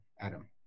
Adam